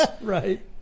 Right